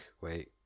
Wait